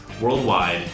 worldwide